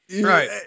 right